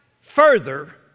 further